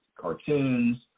cartoons